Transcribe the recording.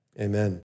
Amen